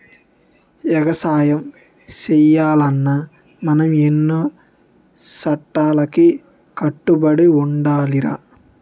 ఎగసాయం సెయ్యాలన్నా మనం ఎన్నో సట్టాలకి కట్టుబడి ఉండాలిరా